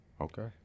Okay